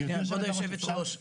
כבוד היושבת ראש,